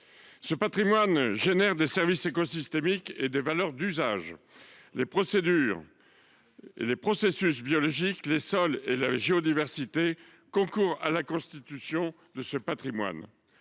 Ce patrimoine produit des services écosystémiques et des valeurs d’usage. Les procédures, les processus biologiques, les sols et la géodiversité concourent à la constitution de ce patrimoine.